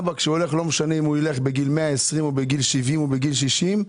אבא כשהוא הולך לא משנה אם הוא ילך בגיל 120 או בגיל 70 או בגיל 60,